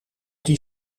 die